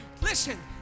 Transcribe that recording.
Listen